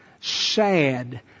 Sad